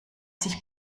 sich